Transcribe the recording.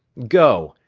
go,